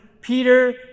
Peter